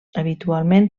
habitualment